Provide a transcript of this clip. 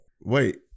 Wait